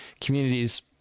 communities